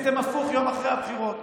אנחנו מעבירים,